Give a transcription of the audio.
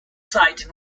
site